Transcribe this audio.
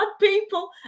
people